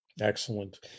Excellent